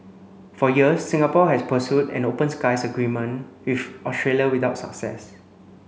for years Singapore has pursued an open skies agreement with Australia without success